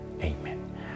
Amen